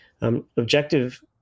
objective